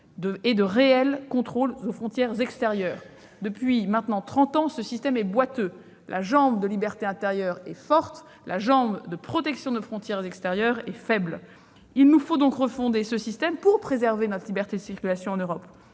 et de réels contrôles aux frontières extérieures. Depuis maintenant trente ans, ce système est boiteux : la jambe « liberté intérieure » est forte, mais la jambe « protection de nos frontières extérieures » est faible. Il nous faut donc revoir ce système pour préserver notre liberté de circulation en Europe.